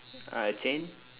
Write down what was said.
uh a chain